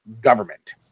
government